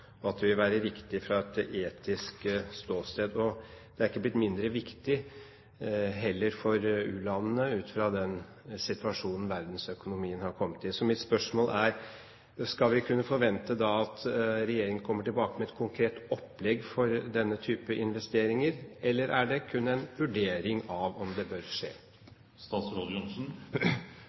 og at det vil være riktig ut fra et etisk ståsted. Det er ikke blitt mindre viktig for u-landene heller ut fra den situasjonen verdensøkonomien har kommet i. Så mitt spørsmål er: Skal vi kunne forvente at regjeringen kommer tilbake med et konkret opplegg for denne type investeringer? Eller er det kun en vurdering av om det bør